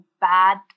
bad